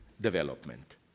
development